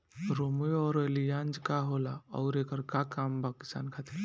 रोम्वे आउर एलियान्ज का होला आउरएकर का काम बा किसान खातिर?